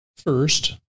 first